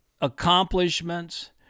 accomplishments